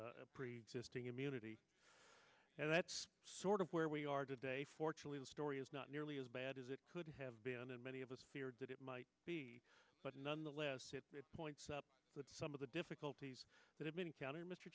preexisting immunity and that's sort of where we are today fortunately the story is not nearly as bad as it could have been and many of us feared that it might be but nonetheless it points up some of the difficulties that have been encountered mr